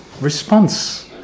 response